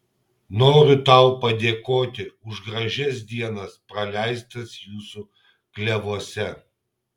noriu tau padėkoti už gražias dienas praleistas jūsų klevuose